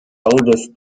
des